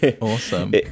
awesome